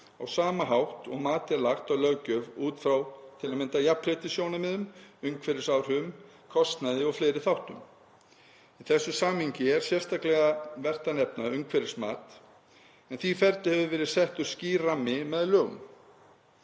á sama hátt og mat er lagt á löggjöf út frá til að mynda jafnréttissjónarmiðum, umhverfisáhrifum, kostnaði og fleiri þáttum. Í þessu samhengi er sérstaklega vert að nefna umhverfismat en því ferli hefur verið settur skýr rammi með lögum.